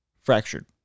fractured